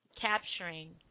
capturing